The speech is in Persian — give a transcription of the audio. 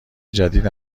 جدید